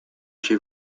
chez